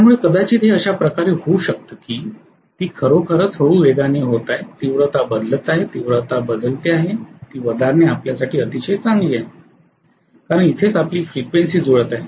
त्यामुळे कदाचित हे अशा प्रकारे होऊ शकते की ती खरोखरच हळूहळू वेगाने होत आहे तीव्रता बदलते आहे तीव्रता बदलते आहे ती वधारणे आपल्यासाठी अतिशय चांगले आहे कारण इथेच आपली फ्रिक्वेन्सी जुळत आहे